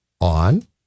on